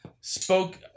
spoke